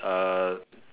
uh